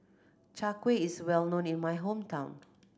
Chai Kuih is well known in my hometown